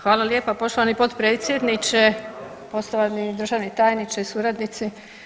Hvala lijepo poštovani potpredsjedniče, poštovani državni tajniče i suradnici.